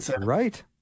right